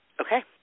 Okay